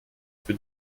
für